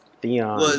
Theon